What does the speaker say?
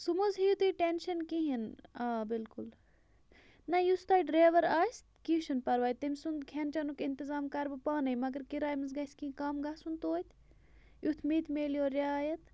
سُہ مہٕ حظ ہیٚیِو تُہۍ ٹینشَن کِہیٖنۍ آ بِلکُل نہ یُس تۄہہِ ڈرٛیوَر آسہِ کیٚنہہ چھُنہٕ پرواے تٔمۍ سُنٛد کھٮ۪ن چٮ۪نُک انتظام کَرٕ بہٕ پانَے مگر کِراے منٛز گژھِ کیٚنہہ کَم گَژھُن تویتہِ یُتھ مےٚ تہِ میلہِ یورٕ رِعایت